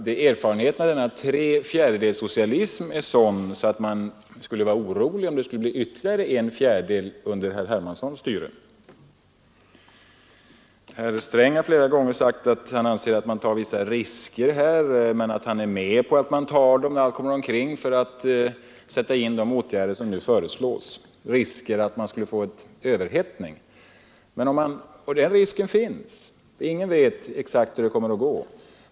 Det är erfarenheten av denna trefjärdedelssocialism som gör att man skulle vara orolig om det blev ytterligare en fjärdedel under herr Hermanssons styre. Herr Sträng har flera gånger sagt att han anser att man tar vissa risker men att han är med på att man tar dem när allt kommer omkring för att sätta in de åtgärder som nu föreslås — risker för att man skulle få en överhettning. Och sådana risker finns. Ingen vet exakt hur det kommer att gå.